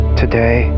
today